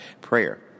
prayer